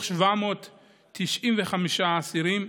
795 אסירים,